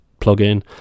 plugin